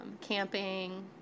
Camping